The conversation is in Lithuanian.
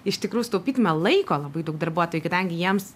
iš tikrųjų sutaupytume laiko labai daug darbuotojų kadangi jiems